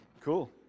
Cool